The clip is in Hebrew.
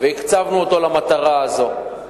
והקצבנו אותם למטרה הזאת.